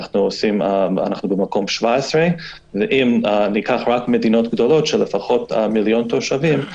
אנו במקום 17. אם ניקח רק מדינות גדולות של לפחות מיליון תושבים,